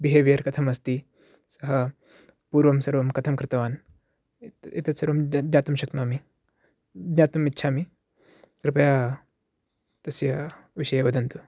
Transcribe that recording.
behaviour कथम् अस्ति सः पूर्वं सर्वं कथं कृतवान् एतत्सर्वं ज्ञ ज्ञातुं शक्नोमि ज्ञातुम् इच्छामि कृपया तस्य विषये वदन्तु